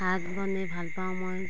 শাক বনায় ভাল পাওঁ মই